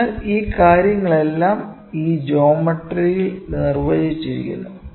അതിനാൽ ഈ കാര്യങ്ങളെല്ലാം ഈ ജോമട്രിയിൽ നിർവചിച്ചിരിക്കുന്നു